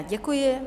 Děkuji.